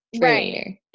Right